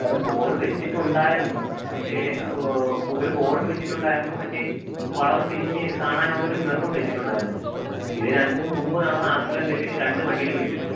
സാറെ ബോർഡ് വെച്ചിട്ടുണ്ടായിരുന്നു പക്ഷെ ഒരു ബോർഡും വെച്ചിട്ടുണ്ടായിരുന്നു മറ്റേ വളവ് തിരിഞ്ഞ് കാണാനുള്ള ഒരു മിററും വെച്ചിട്ടുണ്ടായിരുന്നു ഇത് രണ്ടും മുമ്പ് നടന്ന ആക്സിഡൻറ്റില് രണ്ട് വണ്ടികളും ഇടിച്ചിട്ടു